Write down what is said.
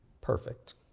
perfect